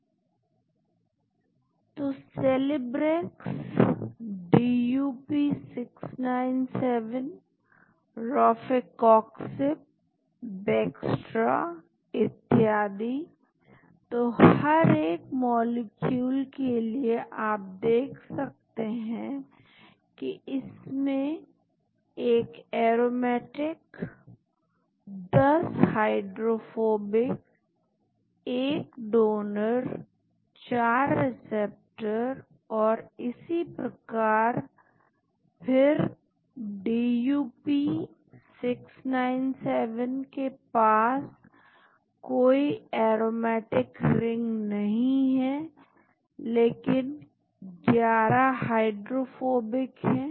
तो Celebrex DUP 697 Rofecoxib Bextra इत्यादि तो हर एक मॉलिक्यूल के लिए आप देख सकते हैं की इसमें एक एरोमेटिक 10 हाइड्रोफोबिक एक डोनर चार एक्सेप्टर और इसी प्रकार और फिर DUP697 के पास कोई अरोमैटिक रिंग नहीं है लेकिन 11 हाइड्रोफोबिक है